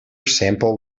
sample